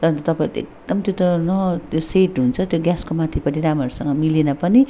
तर तपाईँहरूले त एकदम न त्यो त सेट हुन्छ त्यो ग्यासको माथिपट्टि राम्रोसँग मिलेन पनि